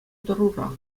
тӑрура